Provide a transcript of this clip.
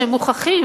שהם מוכחים,